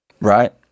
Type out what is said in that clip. right